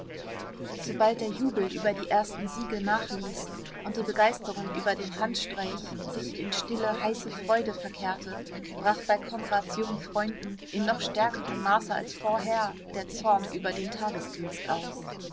sobald der jubel über die ersten siege nachließ und die begeisterung über den handstreich sich in stille heiße freude verkehrte brach bei konrads jungen freunden in noch stärkerem maße als vorher der zorn über den tagesdienst aus